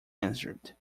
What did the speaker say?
answered